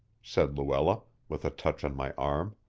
said luella, with a touch on my arm.